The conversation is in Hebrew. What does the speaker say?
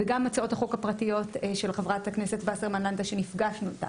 וגם הצעות החוק הפרטיות של חברת הכנסת וסרמן לנדה שנפגשנו איתה,